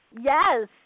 yes